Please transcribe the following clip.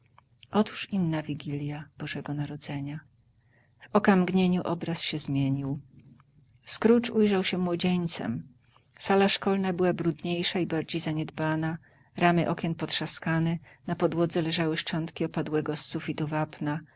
otóż inna wigilja bożego narodzenia w oka mgnieniu obraz się zmienił scrooge ujrzał się młodzieńcem sala szkolna była brudniejsza i bardziej zaniedbana ramy okien potrzaskane na podłodze leżały szczątki opadłego z sufitu wapna